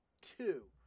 two